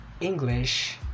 English